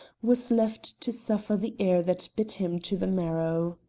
was left to suffer the air that bit him to the marrow.